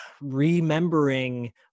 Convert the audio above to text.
remembering